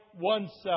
oneself